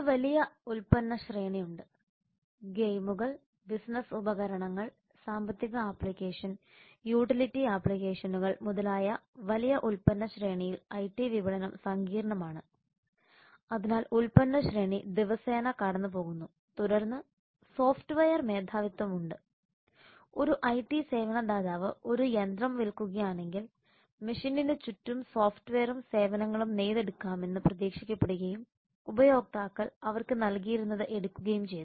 ഒരു വലിയ ഉൽപ്പന്ന ശ്രേണി ഉണ്ട് ഗെയിമുകൾ ബിസിനസ്സ് ഉപകരണങ്ങൾ സാമ്പത്തിക ആപ്ലിക്കേഷൻ യൂട്ടിലിറ്റി ആപ്ലിക്കേഷനുകൾ മുതലായ വലിയ ഉൽപ്പന്ന ശ്രേണിയിൽ ഐടി വിപണനം സങ്കീർണ്ണമാണ് അതിനാൽ ഉൽപ്പന്ന ശ്രേണി ദിവസേന കടന്നുപോകുന്നു തുടർന്ന് സോഫ്റ്റ്വെയർ മേധാവിത്വം ഉണ്ട് ഒരു ഐടി സേവനദാതാവ് ഒരു യന്ത്രം വിൽക്കുകയാണെങ്കിൽ മെഷീനിന് ചുറ്റും സോഫ്റ്റ്വെയറും സേവനങ്ങളും നെയ്തെടുക്കുമെന്ന് പ്രതീക്ഷിക്കപ്പെടുകയും ഉപയോക്താക്കൾ അവർക്ക് നൽകിയിരുന്നത് എടുക്കുകയും ചെയ്തു